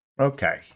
Okay